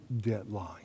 deadline